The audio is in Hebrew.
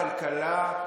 כלכלה,